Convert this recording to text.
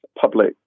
public